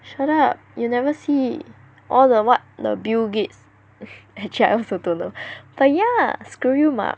shut up you'll never see all the what the Bill Gates actually I also dunno but yeah screw you mah